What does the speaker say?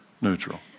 neutral